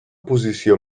posició